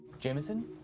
jamison?